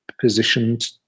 positioned